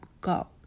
go